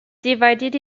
divided